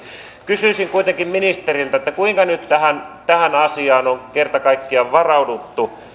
kysyisin kuitenkin ministeriltä kuinka nyt tähän tähän asiaan on kerta kaikkiaan varauduttu